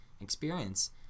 experience